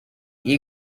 you